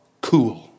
cool